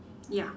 ya